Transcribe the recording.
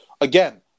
again